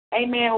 Amen